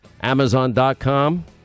Amazon.com